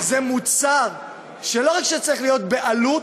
זה מוצר שלא רק שהוא צריך להיות במחיר עלות,